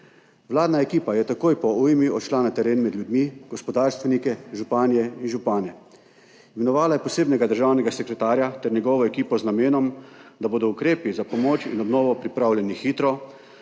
Vladna ekipa je takoj po ujmi odšla na teren med ljudmi, gospodarstvenike, županje in župane. Imenovala je posebnega državnega sekretarja ter njegovo ekipo z namenom, da bodo ukrepi za pomoč in obnovo pripravljeni hitro,